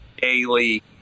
daily